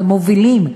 ומובילים,